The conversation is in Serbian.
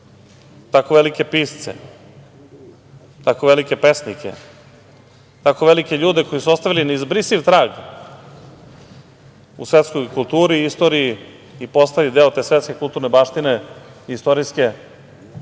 tako velike pisce, tkao velike pesnike, tako velike ljude koji su ostavili neizbrisiv trag u svetskoj kulturi, istoriji i postali deo te svetske kulturne baštine, istorijske, da